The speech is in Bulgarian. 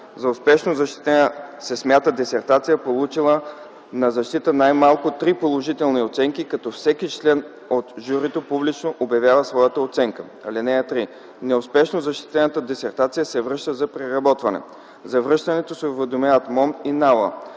За успешно защитена се смята дисертация, получила на защитата най-малко три положителни оценки, като всеки член от журито публично обявява своята оценка. (3) Неуспешно защитената дисертация се връща за преработване. За връщането се уведомяват МОМН и НАОА.